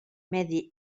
medi